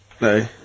No